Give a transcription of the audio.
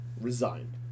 resigned